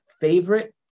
favorite